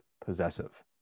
possessive